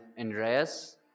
Andreas